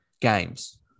Games